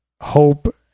Hope